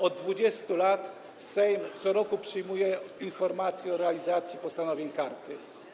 Od 20 lat Sejm co roku przyjmuje informację o realizacji postanowień karty.